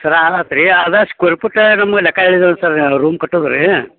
ಸರ್ರ ಆಗತ್ತೆ ರೀ ಅದು ಸ್ಕ್ವೇರ್ ಫುಟ್ಟ ನಮ್ಗೆ ಲೆಕ್ಕ ಹೇಳಿದ್ರಲ್ಲ ಸರ್ರ ರೂಮ್ ಕಟ್ಟೋದ್ರೀ